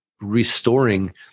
restoring